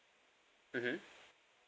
mmhmm